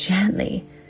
gently